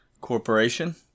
Corporation